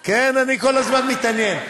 כן, אני כל הזמן מתעניין.